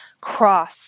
cross